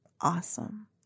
Awesome